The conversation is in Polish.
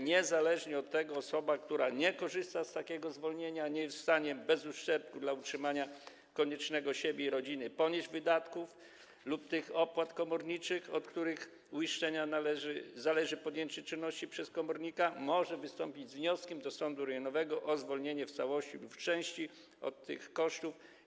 Niezależnie od tego osoba, która nie korzysta z takiego zwolnienia ani nie jest w stanie bez uszczerbku dla koniecznego utrzymania siebie i rodziny ponieść wydatków lub tych opłat komorniczych, od których uiszczenia zależy podjęcie czynności przez komornika, może wystąpić z wnioskiem do sądu rejonowego o zwolnienie z całości lub części od tych kosztów.